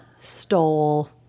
stole